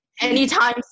anytime